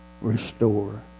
restore